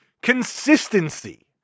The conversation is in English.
Consistency